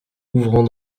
ouvrant